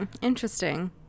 Interesting